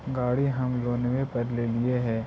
गाड़ी हम लोनवे पर लेलिऐ हे?